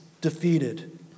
defeated